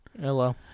Hello